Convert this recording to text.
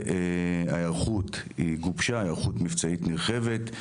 וההיערכות היא גובשה, היערכות מבצעית נרחבת.